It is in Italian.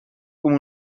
come